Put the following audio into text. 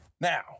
Now